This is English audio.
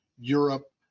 Europe